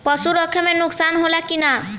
पशु रखे मे नुकसान होला कि न?